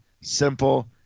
simple